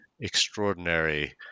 extraordinary